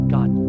God